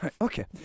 Okay